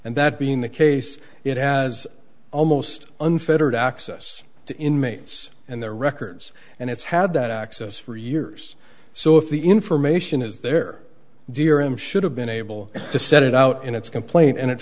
and that being the case it has almost unfettered access to inmates and their records and it's had that access for years so if the information is there dear him should have been able to set it out in its complaint and it